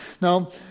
Now